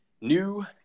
new